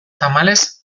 tamalez